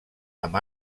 amb